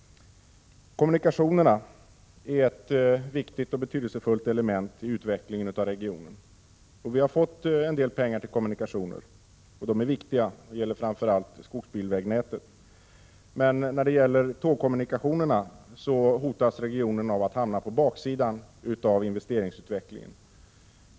Kommunikationerna är ett viktigt och betydelsefullt element i utveckling en av regionen. Vi har fått en del pengar till kommunikationer, och det är viktigt framför allt för skogsbilnätet. När det gäller tågkommunikationerna hotas regionen av att hamna på efterkälken i investeringsutvecklingen.